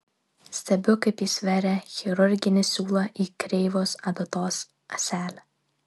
stebiu kaip jis veria chirurginį siūlą į kreivos adatos ąselę